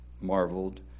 marveled